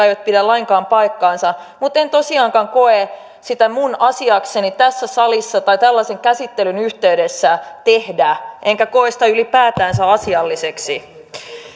eivät pidä lainkaan paikkaansa mutta en tosiaankaan koe sitä minun asiakseni tässä salissa tai tällaisen käsittelyn yhteydessä tehdä enkä koe sitä ylipäätään asialliseksi